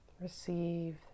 Receive